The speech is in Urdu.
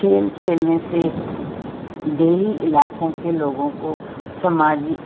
کھیل کھیلنے سے دیہی علاقوں کے لوگوں کو سماجی